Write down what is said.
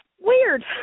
weird